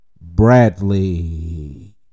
Bradley